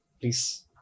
please